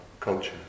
culture